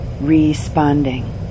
responding